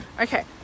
Okay